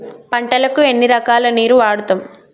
పంటలకు ఎన్ని రకాల నీరు వాడుతం?